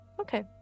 Okay